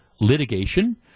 litigation